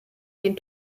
den